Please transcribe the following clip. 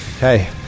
Hey